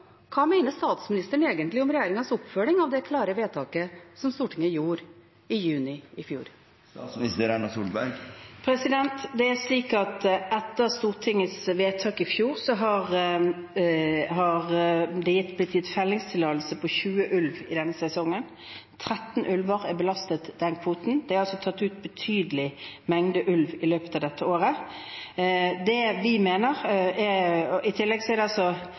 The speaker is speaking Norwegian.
hva mener statsministeren egentlig om regjeringens oppfølging av det klare vedtaket som Stortinget gjorde i juni i fjor? Det er slik at etter Stortingets vedtak i fjor har det blitt gitt fellingstillatelse for 20 ulver i denne sesongen. 13 ulver er belastet den kvoten. Det er altså tatt ut betydelige mengder ulv i løpet av dette året. I tillegg har det vært 62 klagesaker, og det er bare seks av dem som er blitt omgjort av regjeringen. Det er altså